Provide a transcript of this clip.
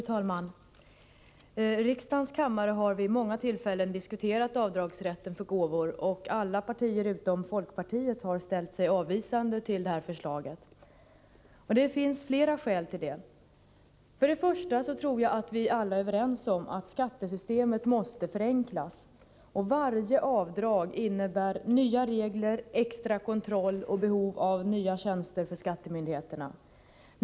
Fru talman! Riksdagens kammare har vid många tillfällen diskuterat avdragsrätt för gåvor, och alla partier utom folkpartiet har ställt sig avvisande till förslaget härom. Det finns flera skäl till det. För det första tror jag att vi alla är överens om att skattesystemet måste förenklas. Varje avdrag innebär nya regler, extra kontroll och därmed ett behov av nya tjänster för skattemyndigheterna.